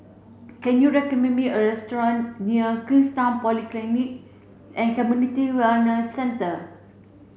can you recommend me a restaurant near Queenstown Polyclinic and Community Wellness Centre